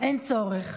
אין צורך,